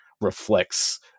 reflects